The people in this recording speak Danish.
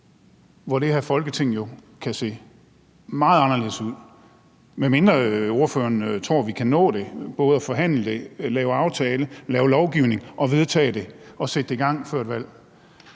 hvor det her Folketing jo kan se meget anderledes ud, medmindre ordføreren tror, at vi kan nå både at forhandle, lave aftale, lave lovgivning og vedtage det og sætte det i gang før et valg?